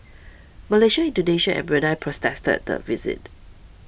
Malaysia Indonesia and Brunei protested the visit